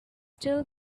still